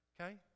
Okay